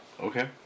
Okay